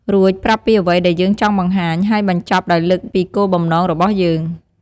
រួចប្រាប់ពីអ្វីដែលយើងចង់បង្ហាញ ហើយបញ្ចប់ដោយលើកពីគោលបំណងរបស់យើង។